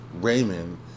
Raymond